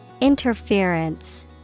Interference